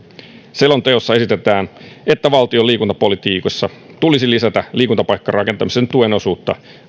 selonteossa esitetään että valtion liikuntapolitiikassa tulisi lisätä liikuntapaikkarakentamisen tuen osuutta